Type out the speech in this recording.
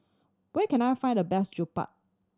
where can I find the best Jokbal